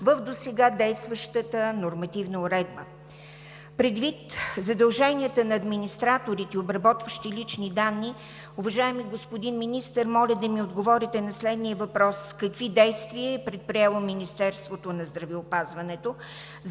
в досега действащата нормативна уредба. Предвид задълженията на администраторите, обработващи лични данни, уважаеми господин Министър, моля да ми отговорите на следния въпрос: какви действия е предприело Министерството на здравеопазването